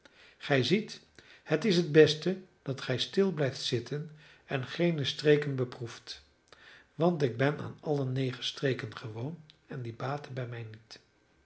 gij ziet het is het beste dat gij stil blijft zitten en geene streken beproeft want ik ben aan alle negerstreken gewoon en die baten bij mij niet